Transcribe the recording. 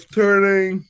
turning